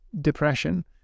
depression